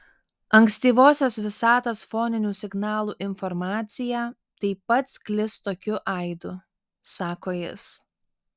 ankstyvosios visatos foninių signalų informacija taip pat sklis tokiu aidu sako jis